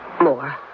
more